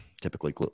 typically